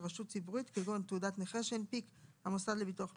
רשות ציבורית כגון תעודת נכה שהנפיק המוסד לביטוח לאומי,